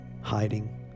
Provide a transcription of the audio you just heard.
hiding